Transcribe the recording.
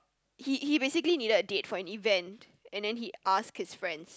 he he basically needed a date for an event and then he ask his friends